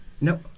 No